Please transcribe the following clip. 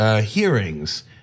hearings